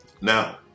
Now